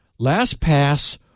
LastPass